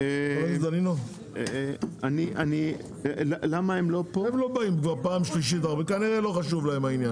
מגיעים, כנראה שהעניין לא חשוב להם.